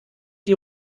die